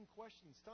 questions